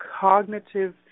cognitive